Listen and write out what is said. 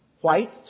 white